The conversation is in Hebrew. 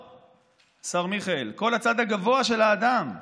השר מיכאל, כל הצד הגבוה של האדם,